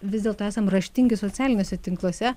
vis dėl to esam raštingi socialiniuose tinkluose